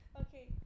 Okay